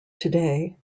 today